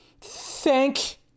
thank